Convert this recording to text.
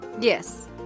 Yes